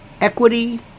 Equity